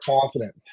confident